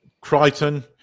Crichton